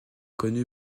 connu